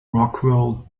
rockwell